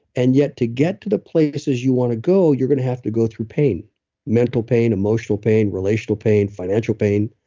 and yet to get to the places you want to go, you're going to have to go through pain mental pain, emotional pain, relational pain, financial pain,